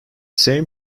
same